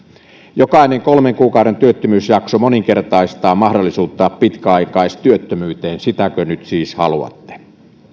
jokainen kolmen kuukauden työttömyysjakso moninkertaistaa mahdollisuuden pitkäaikaistyöttömyyteen sitäkö nyt siis haluatte